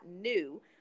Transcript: new